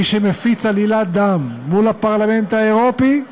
מי שמפיץ עלילת דם מול הפרלמנט האירופי,